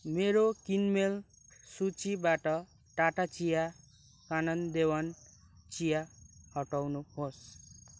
मेरो किनमेल सूचीबाट टाटा चिया कानन देवन चिया हटाउनुहोस्